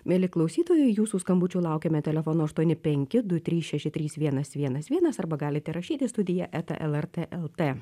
mieli klausytojai jūsų skambučių laukiame telefonu aštuoni penki du trys šeši trys vienas vienas vienas arba galite rašyti studiją eta lrt lt